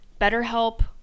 BetterHelp